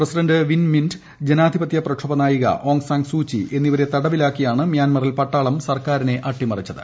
president Win Myint ജനാധിപത്യ പ്രക്ഷോഭനായിക Aung San Suu Kyi തുടങ്ങിയവരെ തടവിലാക്കിയാണ് മ്യാൻമ്റ്റിൽ പട്ടാളം സർക്കാരിനെ അട്ടിമറിച്ചത്